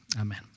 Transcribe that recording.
Amen